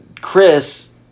Chris